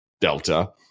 delta